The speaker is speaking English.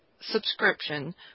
subscription